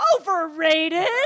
Overrated